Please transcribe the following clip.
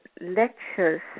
lectures